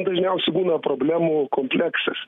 dažniausiai būna problemų kompleksas